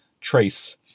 Trace